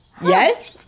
Yes